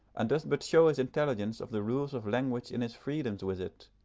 and does but show his intelligence of the rules of language in his freedoms with it,